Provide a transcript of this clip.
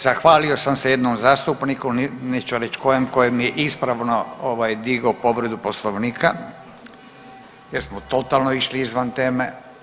Zahvalio sam se jednom zastupniku, neću reći kojem koji je ispravno digao povredu Poslovnika jer smo totalno išli izvan teme.